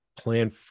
plan